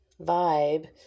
vibe